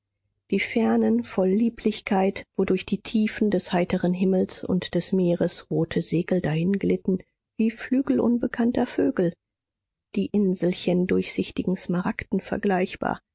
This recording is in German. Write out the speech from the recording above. die fernen voll lieblichkeit wo durch die tiefen des heiteren himmels und des meeres rote segel dahingleiten wie flügel unbekannter vögel die inselchen durchsichtigen smaragden vergleichbar